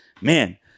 man